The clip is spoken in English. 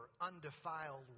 undefiled